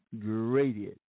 gradient